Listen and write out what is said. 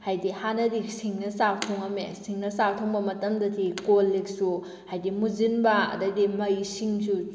ꯍꯥꯏꯗꯤ ꯍꯥꯟꯅꯗꯤ ꯁꯤꯡꯅ ꯆꯥꯛ ꯊꯣꯡꯉꯝꯃꯦ ꯁꯤꯡꯅ ꯆꯥꯛ ꯊꯣꯡꯕ ꯃꯇꯝꯗꯗꯤ ꯀꯣꯜ ꯂꯤꯛꯁꯨ ꯍꯥꯏꯗꯤ ꯃꯨꯁꯤꯟꯕ ꯑꯗꯩꯗꯤ ꯃꯩ ꯁꯤꯡꯁꯨ